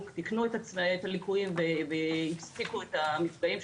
תיקנו את הליקויים והפסיקו את המפגעים,